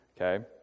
okay